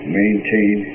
maintain